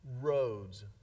roads